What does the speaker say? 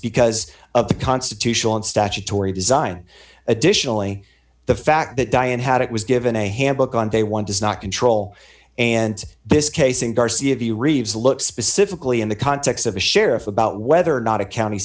because of the constitutional and statutory design additionally the fact that dion had it was given a handbook on day one does not control and this case in garcia view reeves looked specifically in the context of a sheriff about whether or not a count